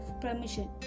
permission